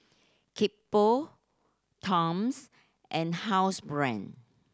Kickapoo Toms and Housebrand